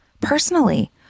personally